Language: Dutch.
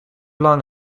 lang